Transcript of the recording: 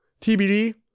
TBD